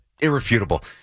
Irrefutable